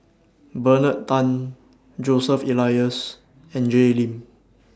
Bernard Tan Joseph Elias and Jay Lim